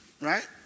right